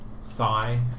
sigh